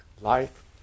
life